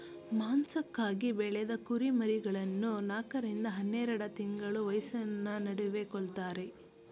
ಮಾಂಸಕ್ಕಾಗಿ ಬೆಳೆದ ಕುರಿಮರಿಗಳನ್ನು ನಾಲ್ಕ ರಿಂದ ಹನ್ನೆರೆಡು ತಿಂಗಳ ವಯಸ್ಸಿನ ನಡುವೆ ಕೊಲ್ತಾರೆ